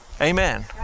Amen